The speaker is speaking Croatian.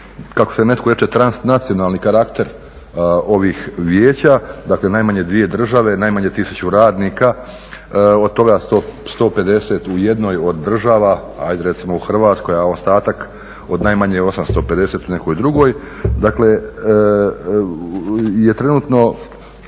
kako neko reče, na transnacionalni karakter ovih vijeća, dakle najmanje dvije države, najmanje 1000 radnika od toga 150 u jednoj od država, ajde recimo u Hrvatskoj a ostatak od najmanje 850 u nekoj drugoj, dakle je trenutno